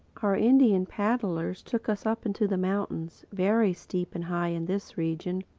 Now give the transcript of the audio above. our indian paddlers took us up into the mountains, very steep and high in this region,